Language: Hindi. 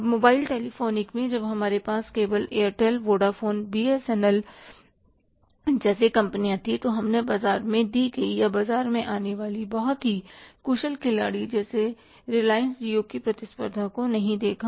अब मोबाइल टेलीफ़ोनिक में जब हमारे पास केवल Airtel Vodafone B S N L Airtel Vodafone BSNL जैसी कंपनियाँ थीं तो हमने बाज़ार में दी गई या बाज़ार में आने वाले बहुत ही कुशल खिलाड़ी जैसे relio JIO रिलायंस जिओ की प्रतिस्पर्धा को नहीं देखा